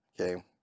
okay